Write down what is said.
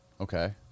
Okay